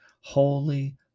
Holy